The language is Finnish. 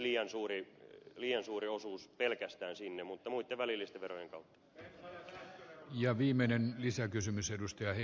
se olisi liian suuri osuus pelkästään sinne mutta operoidaan myös muitten välillisten verojen kautta